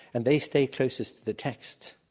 and they stay closest to the text.